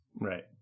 Right